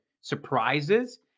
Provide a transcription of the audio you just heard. surprises